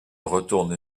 retourne